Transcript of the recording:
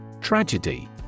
Tragedy